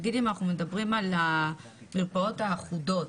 אם אנחנו מדברים על המרפאות האחודות,